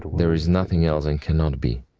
there is nothing else and cannot be.